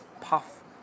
Puff